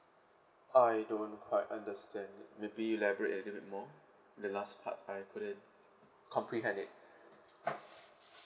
I don't quite understand it maybe you elaborate a little bit more the last part I couldn't comprehend it